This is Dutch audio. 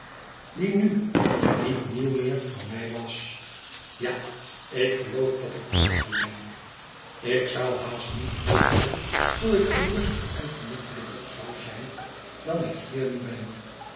die nu niet nieuw meer voor mij was ja ik geloof dat ik ook zoo denk ik zou haast niet weten hoeikgerusterengenoeglijkerzouzijn dan ik hier nu ben